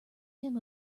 him